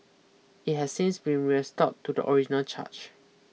it has since been restored to the original charge